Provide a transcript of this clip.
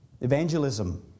Evangelism